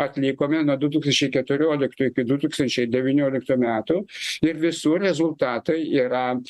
atlikome nuo du tūkstančiai keturioliktų iki du tūkstančiai devynioliktų metų ir visų rezultatai yra